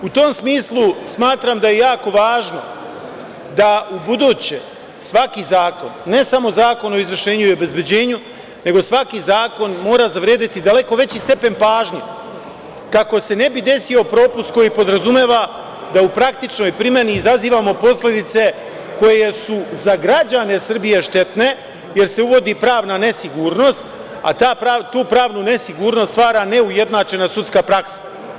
U tom smislu smatram da je jako važno da u buduće svaki zakon, ne samo Zakon o izvršenju i obezbeđenju, nego svaki zakon mora zavredeti daleko veći stepen pažnje kako se ne bi desio propust koji podrazumeva da u praktičnoj primeni izazivamo posledice koje su za građane Srbije štetne, jer se uvodi pravna nesigurnost, a tu pravnu nesigurnost stvara neujednačena sudska praksa.